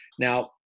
Now